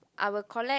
I'll collect